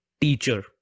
teacher